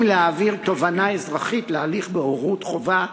להעביר תובענה אזרחית להליך בוררות חובה,